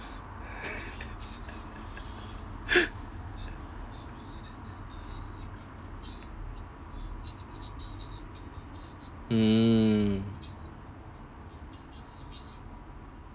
hmm